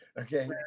Okay